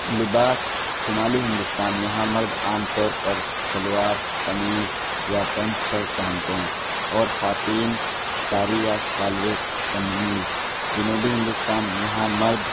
لباس شمالی ہندوستان یہاں مرد عام طور پر شلوار قمیض یا پینٹ شرٹ پہنتے ہیں اور خواتین ساری یا سالویک قمیض جنوبی ہندوستان یہاں مرد